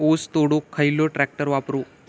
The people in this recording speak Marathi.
ऊस तोडुक खयलो ट्रॅक्टर वापरू?